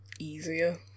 easier